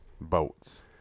Boats